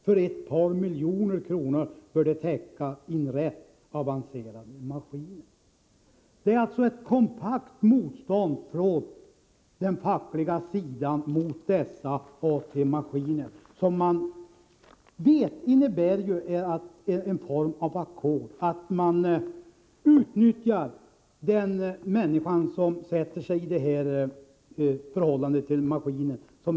För ett par miljoner kronor bör det täcka in rätt avancerade maskiner.” Det är alltså ett kompakt motstånd från den fackliga sidan mot dessa arbetstagarägda maskiner, som man vet innebär en form av ackord. Man utnyttjar människor, vilka kommer i ett ägandeförhållande till maskinerna.